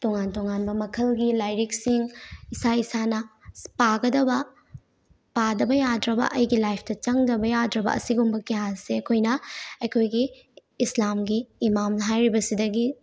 ꯇꯣꯉꯥꯟ ꯇꯣꯉꯥꯟꯕ ꯃꯈꯜꯒꯤ ꯂꯥꯏꯔꯤꯛꯁꯤꯡ ꯏꯁꯥ ꯏꯁꯥꯅ ꯄꯥꯒꯗꯕ ꯄꯥꯗꯕ ꯌꯥꯗ꯭ꯔꯕ ꯑꯩꯒꯤ ꯂꯥꯏꯐꯇ ꯆꯪꯗꯕ ꯌꯥꯗ꯭ꯔꯕ ꯑꯁꯤꯒꯨꯝꯕ ꯀꯌꯥꯁꯦ ꯑꯩꯈꯣꯏꯅ ꯑꯩꯈꯣꯏꯒꯤ ꯏꯁꯂꯥꯝꯒꯤ ꯏꯃꯥꯝ ꯍꯥꯏꯔꯤꯕꯁꯤꯗꯒꯤ